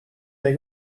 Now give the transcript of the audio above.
der